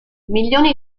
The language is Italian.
milioni